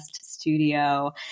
studio